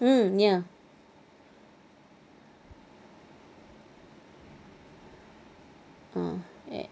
mm ya ah ya